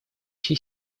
чьи